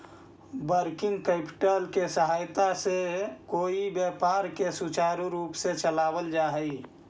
working capital के सहायता से कोई व्यापार के सुचारू रूप से चलावल जा हई